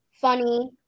funny